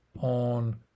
on